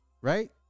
right